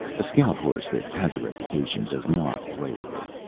a scout horse that has a reputation does not play with it.